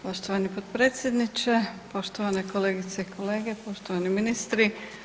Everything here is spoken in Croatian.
Poštovani potpredsjedniče, poštovane kolegice i kolege, poštovani ministri.